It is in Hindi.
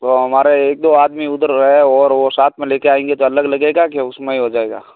तो हमारा एक दो आदमी उधर रहें और वह साथ में लेकर आएँगे तो अलग लगेगा कि उसमें ही हो जाएगा